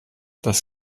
das